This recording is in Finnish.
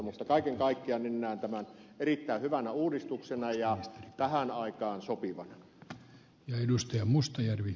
mutta kaiken kaikkiaan näen tämän erittäin hyvänä uudistuksena ja tähän aikaan sopivana